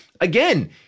again